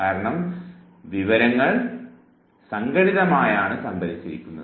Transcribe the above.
കാരണം വിവരങ്ങൾ സംഘടിതമായാണ് സംഭരിച്ചിരിക്കുന്നത്